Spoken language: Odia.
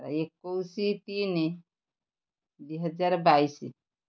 ଏକୋଇଶି ତିନି ଦୁଇ ହଜାର ବାଇଶି